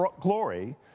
glory